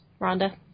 Rhonda